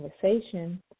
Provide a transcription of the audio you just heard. conversation